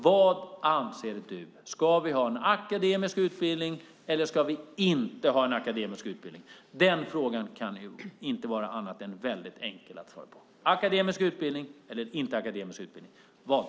Vad anser du? Ska vi ha en akademisk utbildning eller ska vi inte ha det? Den frågan kan inte vara något annat än väldigt enkel att svara på. Ska vi ha en akademisk utbildning eller inte? Vad tycker du?